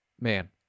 man